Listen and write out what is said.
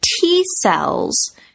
T-cells